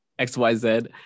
XYZ